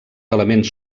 elements